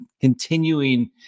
continuing